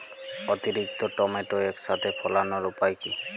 অতিরিক্ত টমেটো একসাথে ফলানোর উপায় কী?